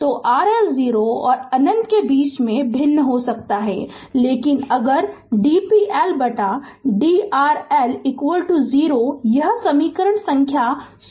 Refer Slide Time 0927 तो RL 0 और अनंत के बीच भिन्न हो सकता है लेकिन अगर d p L बटा d RL 0 यह समीकरण संख्या 16 दी गई है